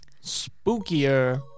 spookier